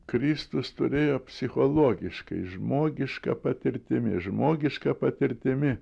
kristus turėjo psichologiškai žmogiška patirtimi žmogiška patirtimi